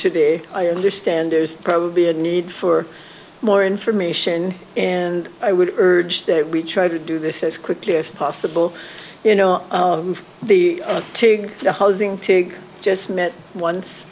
today i understand there's probably a need for more information and i would urge that we try to do this as quickly as possible you know the take the housing take just met once